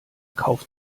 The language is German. kauf